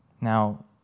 Now